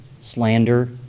slander